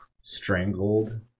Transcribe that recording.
Strangled